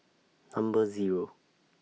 Number Zero